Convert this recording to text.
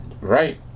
Right